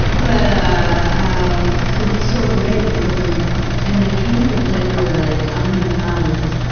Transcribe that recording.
but ah but it's so great because i'm, ah and i can't even tell you ah like how many times,